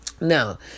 Now